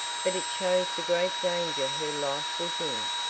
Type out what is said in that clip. but it shows the great danger her life was in.